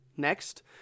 Next